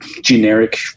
generic